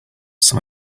some